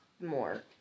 more